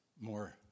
more